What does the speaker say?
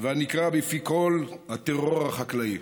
והנקרא בפי כול הטרור החקלאי.